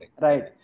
Right